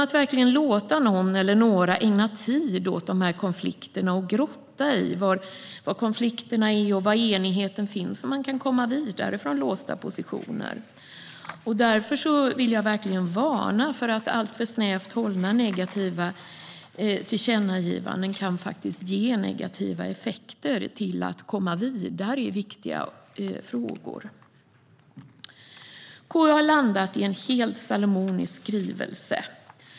Det är genom att låta någon eller några ägna tid åt konflikterna och grotta ned sig i var konflikterna och enigheten finns som man kan komma vidare ur låsta positioner. Därför vill jag verkligen varna för att alltför snävt hållna negativa tillkännagivanden kan ge negativa effekter när det gäller att komma vidare i viktiga frågor. KU har landat i en helt salomonisk skrivelse.